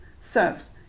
serfs